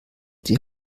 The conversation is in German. die